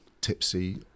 Tipsy